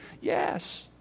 Yes